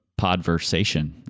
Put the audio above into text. podversation